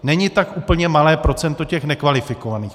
Není tak úplně malé procento těch nekvalifikovaných.